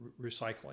recycling